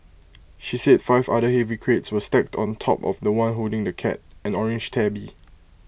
she said five other heavy crates were stacked on top of The One holding the cat an orange tabby